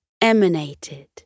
emanated